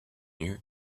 you